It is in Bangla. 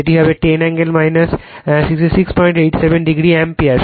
এটি হবে 10 এঙ্গেল 6687o অ্যাম্পিয়ার